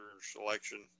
selection